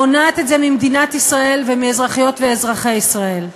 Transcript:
מונעת את זה ממדינת ישראל ומאזרחיות ומאזרחי ישראל.